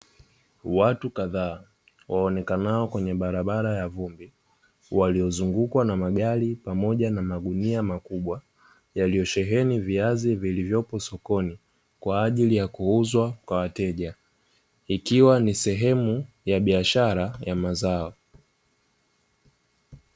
Watu kadhaa waonekanao kwenye barabara ya vumbi waliozungukwa na magari pamoja na magunia makubwa yaliyosheheni viazi vilivyopo sokoni kwa ajili ya kuuzwa kwa wateja. Ikiwa ni sehemu ya biashara ya mazao.